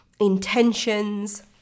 intentions